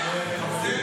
מושחת.